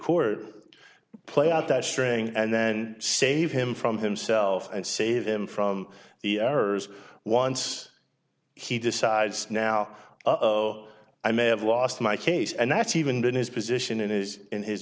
court play out that string and then save him from himself and save him from the errors once he decides now i may have lost my case and that's even been his position and is in his